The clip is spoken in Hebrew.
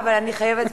אני חייבת,